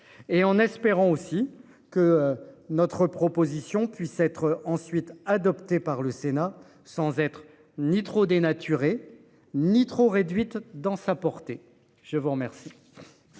Et en espérant aussi que notre proposition puisse être ensuite adoptée par le Sénat sans être ni trop dénaturé ni trop réduite dans sa portée. Je vous remercie.